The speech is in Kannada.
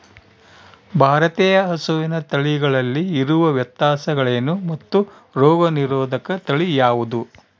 ಭಾರತೇಯ ಹಸುವಿನ ತಳಿಗಳಲ್ಲಿ ಇರುವ ವ್ಯತ್ಯಾಸಗಳೇನು ಮತ್ತು ರೋಗನಿರೋಧಕ ತಳಿ ಯಾವುದು?